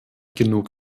genug